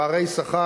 יש פערי שכר,